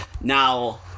Now